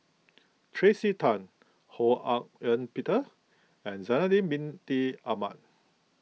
Tracey Tan Ho Hak Ean Peter and Zainal Abidin Ahmad